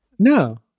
No